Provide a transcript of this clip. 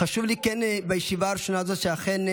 חשוב לי בישיבה הראשונה הזאת שאכן,